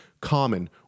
common